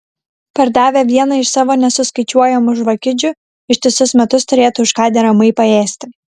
pardavę vieną iš savo nesuskaičiuojamų žvakidžių ištisus metus turėtų už ką deramai paėsti